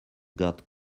got